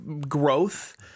growth